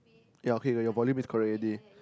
ya okay your volume is correct already